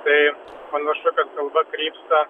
tai panašu kad kalba krypsta